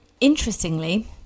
Interestingly